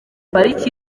pariki